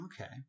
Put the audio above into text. okay